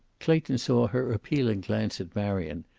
clayton saw her appealing glance at marion,